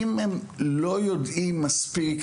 אם הם לא יודעים מספיק,